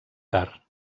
car